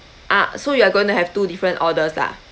ah so you are gonna to have two different orders lah